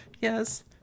Yes